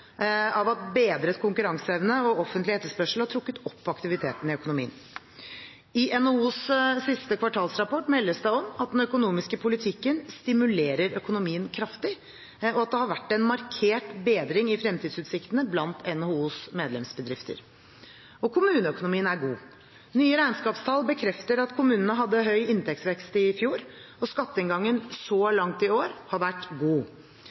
av at bedret konkurranseevne og offentlig etterspørsel har trukket opp aktiviteten i økonomien. I NHOs siste kvartalsrapport meldes det om at den økonomiske politikken stimulerer økonomien kraftig, og at det har vært en markert bedring i fremtidsutsiktene blant NHOs medlemsbedrifter. Kommuneøkonomien er god. Nye regnskapstall bekrefter at kommunene hadde høy inntektsvekst i fjor, og skatteinngangen så langt i år har vært god.